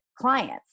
clients